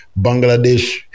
bangladesh